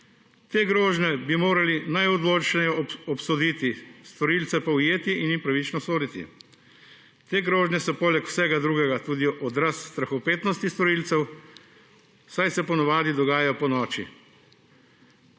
Te grožnje bi morali najodločneje obsoditi, storilce pa ujeti in jim pravično soditi. Te grožnje so poleg vsega drugega tudi odraz strahopetnosti storilcev, saj se po navadi dogajajo ponoči.